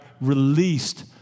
released